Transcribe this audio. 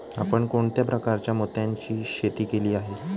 आपण कोणत्या प्रकारच्या मोत्यांची शेती केली आहे?